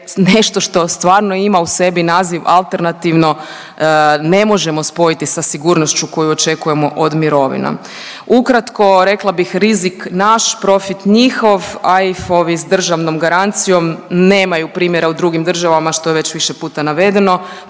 nešto što stvarno ima u sebi naziv alternativno ne možemo spojiti sa sigurnošću koju očekujemo od mirovina. Ukratko rekla bih rizik naš, profit njihov AIF-ovi s državnom garancijom nemaju primjera u drugim državama što je već više puta navedeno.